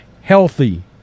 healthy